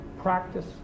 practice